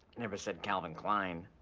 never said calvin klein.